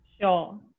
Sure